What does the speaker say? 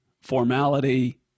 formality